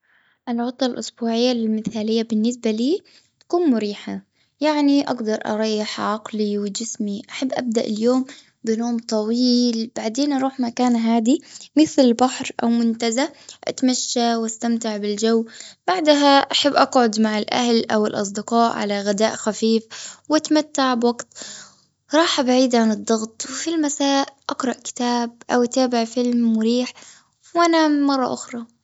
العطلة الأسبوعية المثالية بالنسبة له تكون مريحة. يعني أقدر أريح عقلي وجسمي. أحب ابدأ اليوم بنوم طويل. بعدين أروح مكان هادي مثل البحر أو منتزه. أتمشى وأستمتع بالجو. بعدها أحب أقعد مع الأهل أو الأصدقاء على غداء خف واتمتع بوقت. راح بعيد عن الضغط في المساء أقرأ كتاب أو بتابع فيلم مريح, وأنام مرة اخرى.